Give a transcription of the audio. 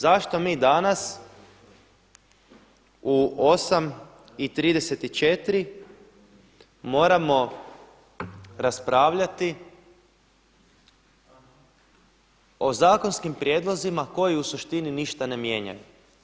Zašto mi danas u 8,34 moramo raspravljati o zakonskim prijedlozima koji u suštini ništa ne mijenjaju?